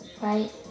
Right